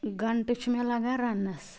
گَھنٹہٕ چھُ مےٚ لَگان رَننَس